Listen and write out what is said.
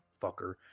fucker